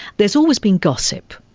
there's always been gossip.